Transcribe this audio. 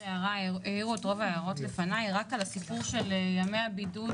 העירו את רוב ההערות, רק על הסיפור של ימי הבידוד